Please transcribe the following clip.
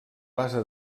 base